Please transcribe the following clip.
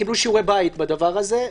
הם קיבלו שיעורי בית בדבר הזה.